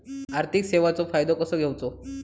आर्थिक सेवाचो फायदो कसो घेवचो?